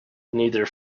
neither